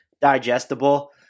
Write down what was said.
digestible